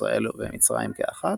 ישראל ומצרים כאחת,